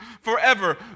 forever